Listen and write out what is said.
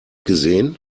gesehen